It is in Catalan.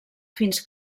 fins